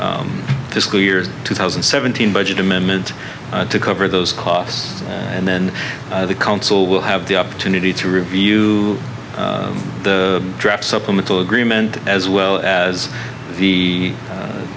s school year two thousand and seventeen budget amendment to cover those costs and then the council will have the opportunity to review the draft supplemental agreement as well as the